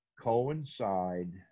coincide